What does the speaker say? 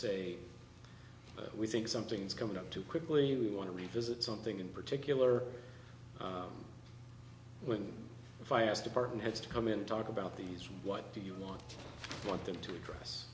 say we think something's coming up too quickly we want to revisit something in particular what if i asked department heads to come in and talk about these what do you want want them to address